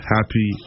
Happy